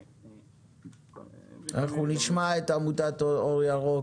אנחנו נשמע את עמותת 'אור ירוק'